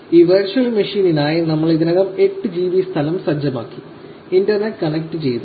ഈ വെർച്വൽ മെഷീനിനായി നമ്മൾ ഇതിനകം 8 GB സ്ഥലം സജ്ജമാക്കി ഇന്റർനെറ്റ് കണക്റ്റുചെയ്തു